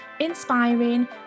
inspiring